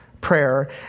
prayer